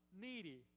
needy